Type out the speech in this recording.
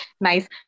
Nice